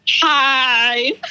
hi